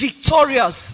victorious